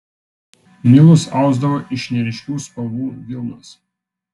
milus ausdavo iš neryškių spalvų vilnos